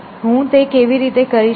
હું તે કેવી રીતે કરી શકું